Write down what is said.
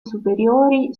superiori